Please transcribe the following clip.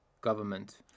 government